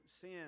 sin